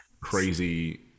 crazy